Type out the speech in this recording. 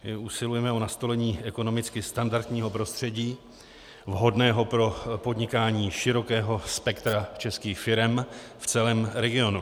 My usilujeme o nastolení ekonomicky standardního prostředí vhodného pro podnikání širokého spektra českých firem v celém regionu.